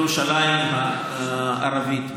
בירושלים הערבית,